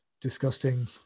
disgusting